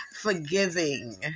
forgiving